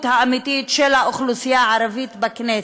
האמיתית של האוכלוסייה הערבית מהכנסת.